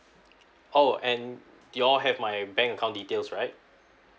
oh and you all have my bank account details right